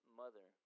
mother